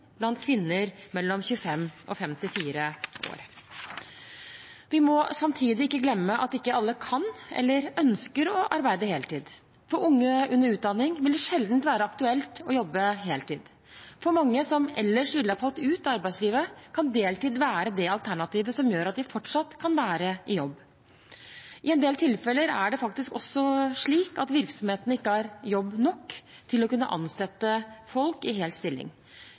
blant kvinner mellom 25 og 54 år. Vi må samtidig ikke glemme at ikke alle kan eller ønsker å arbeide heltid. For unge under utdanning vil det sjelden være aktuelt å jobbe heltid. For mange som ellers ville ha falt ut av arbeidslivet, kan deltid være det alternativet som gjør at de fortsatt kan være i jobb. I en del tilfeller er det faktisk også slik at virksomheten ikke har jobb nok til å kunne ansette folk i hel stilling.